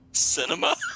cinema